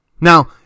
Now